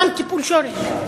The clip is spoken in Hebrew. מה עם טיפול שורש?